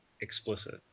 explicit